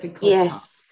yes